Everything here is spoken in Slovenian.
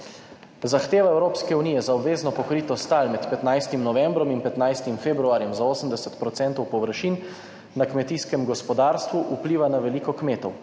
Zahteva Evropske unije za obvezno pokritost tal med 15. novembrom in 15. februarjem za 80 % površin na kmetijskem gospodarstvu vpliva na veliko kmetov.